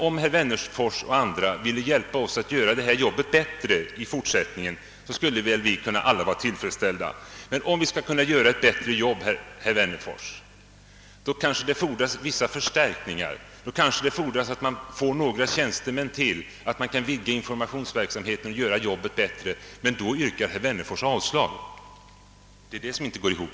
Om herr Wennerfors och andra vill hjälpa oss att göra detta arbete bättre i fortsättningen skulle vi väl alla vara tillfredsställda. Men om vi skall kunna utföra ett bättre arbete, herr Wennerfors, kanske det fordras vissa förstärkningar. Det kanske krävs ytterligare några tjänstemän för att kunna vidga informationsverksamheten och åstadkomma en ytterligare förbättring av arbetet. Men trots detta yrkar herr Wennerfors och högern avslag på utskottets förslag. Det är detta som inte går ihop.